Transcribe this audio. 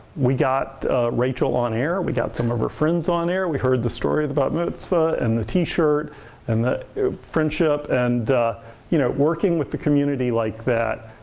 we got rachel on air, we got some of her friends on air, we heard the story of the bat mitzvah and the t-shirt and that friendship. and you know working with the community like that,